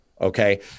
Okay